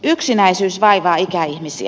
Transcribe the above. yksinäisyys vaivaa ikäihmisiä